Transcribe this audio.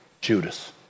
Judas